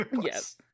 Yes